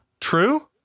True